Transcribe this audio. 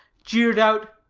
jeered out,